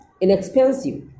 inexpensive